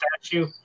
statue